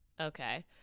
Okay